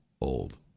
old